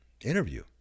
interview